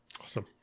Awesome